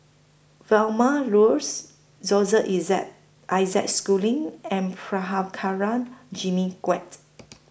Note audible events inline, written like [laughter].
Vilma Laus [unintelligible] Isaac Schooling and Prabhakara Jimmy Quek